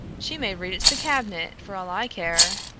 she may read it to the cabinet, for all i care.